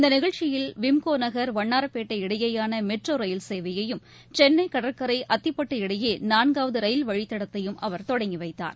இந்த நிகழ்ச்சியில் விம்கோநன் வண்ணாரப்பேட்டை இடையேயான மெட்ரோ ரயில் சேவையையும் சென்ளை கடற்கரை அத்திப்பட்டு இடையே நான்னவது ரயில் வழித்தடத்தையும் அவர் தொடங்கி வைத்தார்